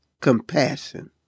Compassion